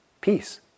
peace